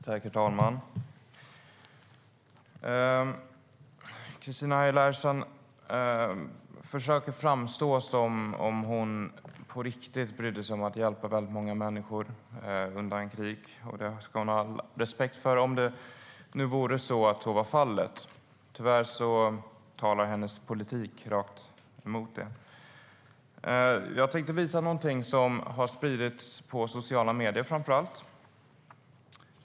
Herr talman! Christina Höj Larsen försöker framstå som om hon på riktigt bryr sig om att hjälpa väldigt många människor undan krig. Det skulle jag ha all respekt för om så var fallet. Tyvärr talar hennes politik rakt mot det. Jag tänker visa någonting som har spridits i sociala medier.